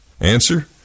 Answer